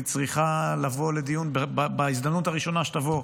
היא צריכה לבוא לדיון בהזדמנות הראשונה שתבוא,